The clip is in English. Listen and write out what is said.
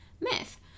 myth